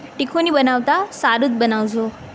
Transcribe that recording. તીખું ની બનાવતા સાદું જ બનાવજો